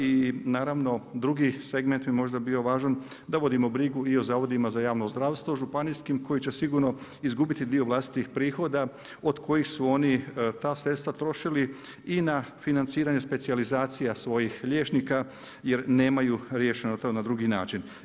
I naravno drugi segment bi možda bio važan da vodimo brigu i o zavodima za javno zdravstvo županijskim koji će sigurno izgubiti dio vlastitih prihoda od kojih su oni ta sredstva trošili i na financiranje specijalizacija svojih liječnika jer nemaju riješeno to na drugi način.